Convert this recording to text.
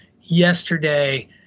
yesterday